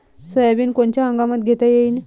Soybean कोनच्या हंगामात घेता येईन?